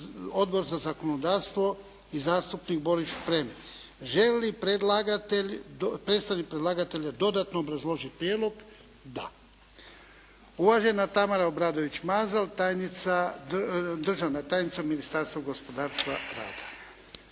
Odbor za zakonodavstvo i zastupnik Boris Šprem. Želi li predstavnik predlagatelja dodatno obrazložiti prijedlog? Da. Uvažena Tamara Obradović Mazal, državna tajnica u Ministarstvu gospodarstva, rada.